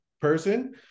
person